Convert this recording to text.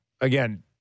again